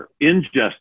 injustice